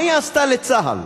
מה היא עשתה לצה"ל.